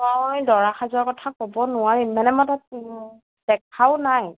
মই দৰা সাজৰ কথা ক'ব নোৱাৰিম মানে মই তাত দেখাও নাই